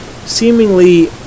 seemingly